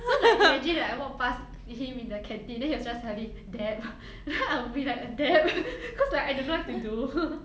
so like imagine like I walk past him in the canteen then he will just suddenly dab then I'll be like uh dab cause like I don't know what to do